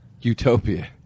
utopia